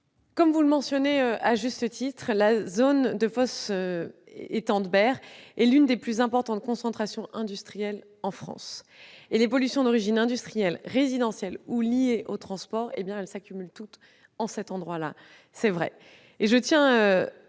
Comme vous le mentionnez à juste titre, la zone de Fos-étang de Berre est l'une des plus importantes concentrations industrielles en France et les pollutions d'origine industrielle, résidentielle ou liées aux transports s'y cumulent. Je tiens à vous